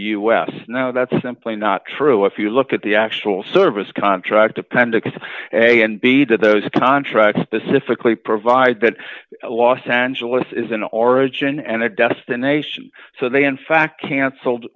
us now that's simply not true if you look at the actual service contract appendix a and b that those contracts specifically provide that los angeles is an origin and a destination so they in fact canceled